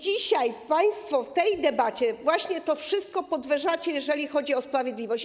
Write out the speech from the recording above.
Dzisiaj państwo w tej debacie właśnie to wszystko podważacie, jeżeli chodzi o sprawiedliwość.